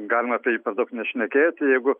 galima apie jį per daug nešnekėti jeigu